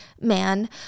man